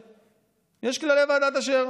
יש כללי ועדת אשר,